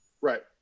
Right